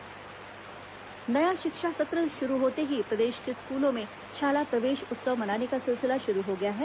शाला प्रवेश उत्सव नया शिक्षा सत्र शुरू होते ही प्रदेश के स्कूलों में शाला प्रवेश उत्सव मनाने का सिलसिला शुरू हो गया है